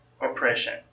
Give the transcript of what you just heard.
oppression